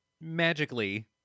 magically